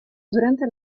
durante